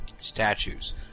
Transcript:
statues